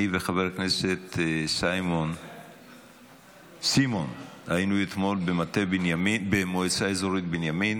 אני וחבר הכנסת סימון היינו אתמול במועצה אזורית בנימין,